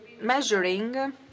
measuring